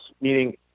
meaning